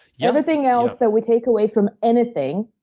yeah. everything else that we take away from anything,